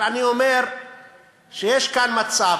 אבל אני אומר שיש כאן מצב,